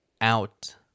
out